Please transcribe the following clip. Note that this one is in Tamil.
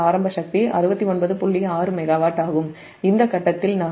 6 மெகாவாட் ஆகும் இந்த கட்டத்தில் நாம் 69